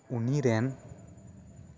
ᱩᱱᱤ ᱨᱮᱱ